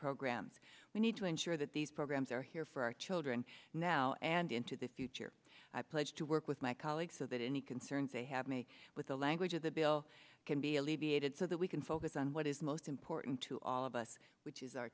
programs we need to ensure that these programs are here for our children now and into the future i pledge to work with my colleagues so that any concerns they have me with the language of the bill can be alleviated so that we can focus on what is most important to all of us which is our